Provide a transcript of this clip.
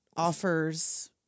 offers